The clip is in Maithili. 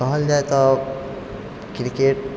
कहल जाइ तऽ किरकेट